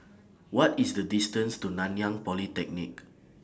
What IS The distance to Nanyang Polytechnic